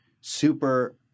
super